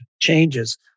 changes